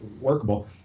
workable